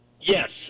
yes